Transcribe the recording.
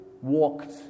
walked